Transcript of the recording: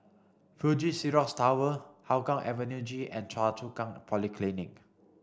Fuji Xerox Tower Hougang Avenue G and Choa Chu Kang Polyclinic